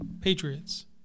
Patriots